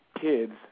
kids